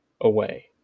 away